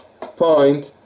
point